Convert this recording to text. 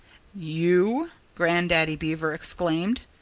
you? grandaddy beaver exclaimed.